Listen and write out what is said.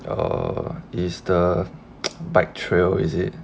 err is the bike trail is it